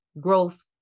growth